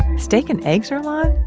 steak and eggs, earlonne?